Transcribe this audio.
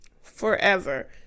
forever